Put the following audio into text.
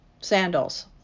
sandals